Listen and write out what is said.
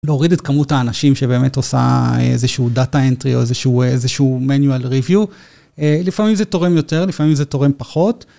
להוריד את כמות האנשים שבאמת עושה איזשהו Data Entry או איזשהו Manual Review. לפעמים זה תורם יותר, לפעמים זה תורם פחות.